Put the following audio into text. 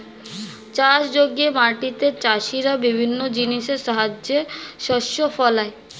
চাষযোগ্য মাটিতে চাষীরা বিভিন্ন জিনিসের সাহায্যে শস্য ফলায়